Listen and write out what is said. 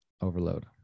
Overload